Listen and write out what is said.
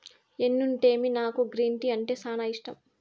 ఎన్నుంటేమి నాకు green tea అంటే సానా ఇష్టం